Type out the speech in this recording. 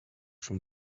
from